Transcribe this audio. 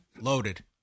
loaded